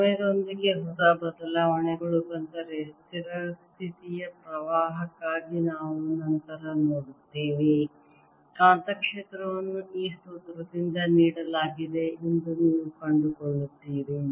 ಸಮಯದೊಂದಿಗೆ ಹೊಸ ಬದಲಾವಣೆಗಳು ಬಂದರೆ ಸ್ಥಿರ ಸ್ಥಿತಿಯ ಪ್ರವಾಹಕ್ಕಾಗಿ ನಾವು ನಂತರ ನೋಡುತ್ತೇವೆ ಕಾಂತಕ್ಷೇತ್ರವನ್ನು ಈ ಸೂತ್ರದಿಂದ ನೀಡಲಾಗಿದೆ ಎಂದು ನೀವು ಕಂಡುಕೊಳ್ಳುತ್ತೀರಿ